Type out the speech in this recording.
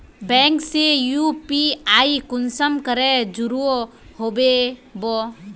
Bank से UPI कुंसम करे जुड़ो होबे बो?